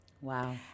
Wow